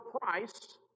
price